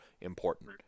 important